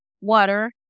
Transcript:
water